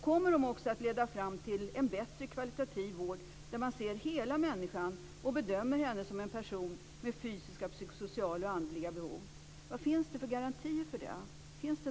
Kommer de också att leda fram till en kvalitativt bättre vård, där man ser hela människan och bedömer henne som en person med fysiska, psykosociala och andliga behov? Finns det några garantier för det?